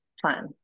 plan